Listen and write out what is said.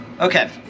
Okay